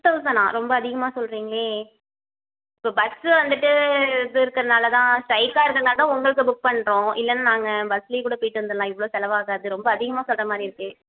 six தௌசண்ட்னா ரெம்ப அதிகமாக சொல்கிறீங்களே இப்போது பஸ்ஸு வந்துட்டு இது இருக்கிறதனாலதான் ஸ்ட்ரைக்காக இருக்கிறதனாலதான் உங்களுக்கு புக் பண்ணுறோம் இல்லைனா நாங்கள் பஸ்சிலே கூட போய்விட்டு வந்துடுலாம் இவ்வளோ செலவாகாது ரொம்ப அதிகமாக சொல்கிற மாதிரி இருக்கே